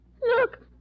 Look